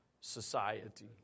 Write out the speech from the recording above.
society